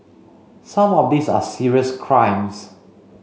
some of these are serious crimes